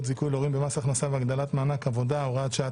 זיכוי להורים במס הכנסה והגדלת מענק עבודה (הוראת שעה),